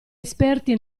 esperti